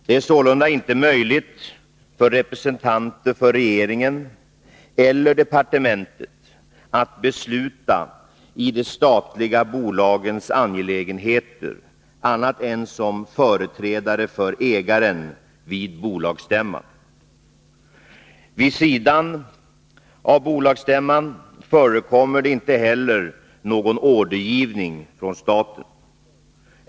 Det är sålunda inte möjligt för representanter för regeringen eller departementet att besluta i de statliga bolagens angelägenheter annat än som företrädare för ägaren vid bolagsstämma. Vid sidan av bolagsstämman förekommer det inte heller någon ordergivning från staten.